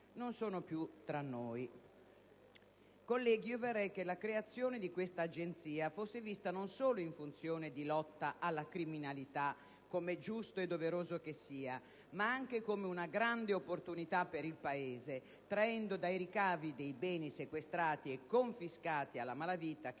non sono più tra noi. Colleghi, io vorrei che la creazione di questa Agenzia fosse vista non solo in funzione di lotta alla criminalità - com'è giusto e doveroso che sia - ma anche come una grande opportunità per il Paese, traendo dai ricavi dei beni sequestrati e confiscati alla malavita, che